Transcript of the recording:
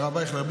הרב אייכלר,